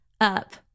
up